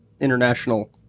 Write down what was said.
international